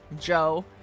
Joe